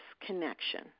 connection